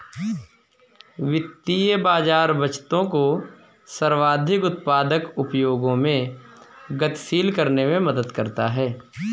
वित्तीय बाज़ार बचतों को सर्वाधिक उत्पादक उपयोगों में गतिशील करने में मदद करता है